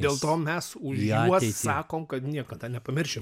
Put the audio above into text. dėl to mes už juos sakom kad niekada nepamiršim